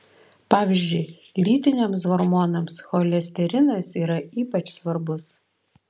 pavyzdžiui lytiniams hormonams cholesterinas yra ypač svarbus